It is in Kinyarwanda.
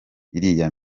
iriya